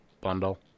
bundle